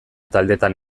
taldetan